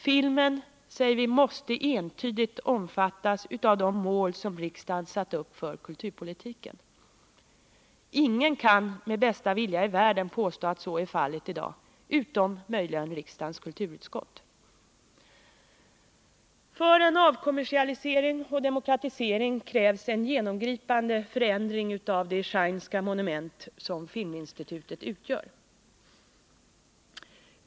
Filmen måste entydigt omfattas av de mål riksdagen satt upp för kulturpolitiken. Ingen kan med bästa vilja i världen påstå att så är fallet i dag utom möjligen riksdagens kulturutskott. För en avkommersialisering och demokratisering krävs en genomgripande förändring av det Scheinska monument som Filminstitutet utgör.